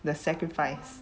the sacrifice